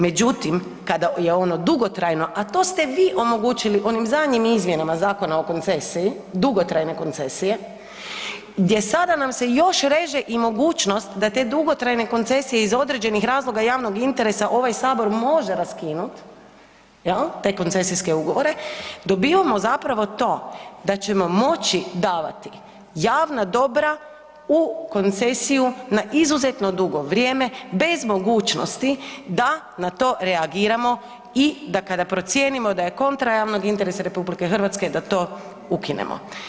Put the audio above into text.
Međutim kada je ono dugotrajno a to ste vi omogućili onim zadnjim izmjenama Zakona o koncesiji, dugotrajne koncesije, gdje sada nam se još reže i mogućnost da te dugotrajne koncesije iz određenih razloga javnog interesa ovaj Sabor može raskinut, jel', te koncesijske ugovore, dobivamo zapravo to da ćemo moći davati javna dobra u koncesiju na izuzetno dugo vrijeme bez mogućnosti da na to reagiramo i da kada procijenimo da je kontra javnog interesa RH, da to ukinemo.